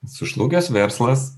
sužlugęs verslas